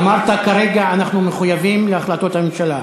אמרת "כרגע אנחנו מחויבים להחלטות הממשלה",